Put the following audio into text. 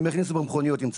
הם יכניסו במכוניות אם צריך.